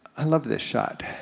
i love this shot.